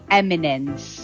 eminence